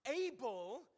able